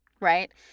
Right